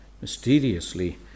mysteriously